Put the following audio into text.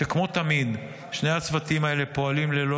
שכמו תמיד שני הצוותים האלה פועלים ללא